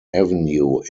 avenue